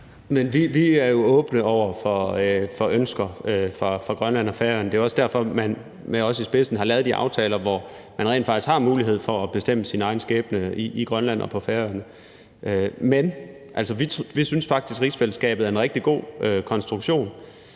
vi er jo åbne over for ønsker fra Grønland og Færøerne. Det er også derfor, at man med os i spidsen har lavet de aftaler, hvor man rent faktisk har mulighed for at bestemme sin egen skæbne i Grønland og på Færøerne. Men altså, vi synes faktisk, at rigsfællesskabet er en rigtig god konstruktion